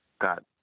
got